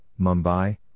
Mumbai